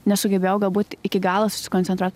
nesugebėjau galbūt iki galo susikoncentruot